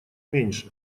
меньше